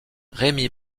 rémi